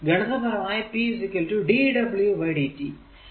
ഗണിതപരമായി p dw dt